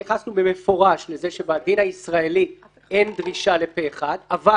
התייחסנו במפורש לזה שבדין הישראלי אין דרישה לפה-אחד אבל